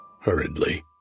hurriedly